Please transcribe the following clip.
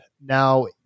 now